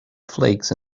flakes